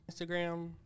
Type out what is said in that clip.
Instagram